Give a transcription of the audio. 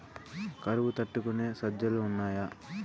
కరువు తట్టుకునే సజ్జలు ఉన్నాయా